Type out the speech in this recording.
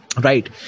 Right